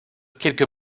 quelques